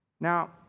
Now